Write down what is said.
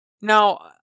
Now